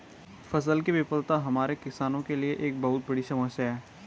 फसल की विफलता हमारे किसानों के लिए एक बहुत बड़ी समस्या है